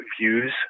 views